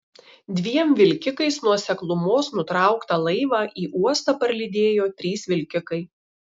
dviem vilkikais nuo seklumos nutrauktą laivą į uostą parlydėjo trys vilkikai